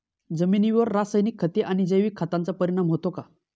जमिनीवर रासायनिक खते आणि जैविक खतांचा परिणाम होतो का?